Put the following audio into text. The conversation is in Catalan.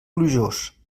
plujós